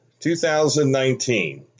2019